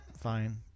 fine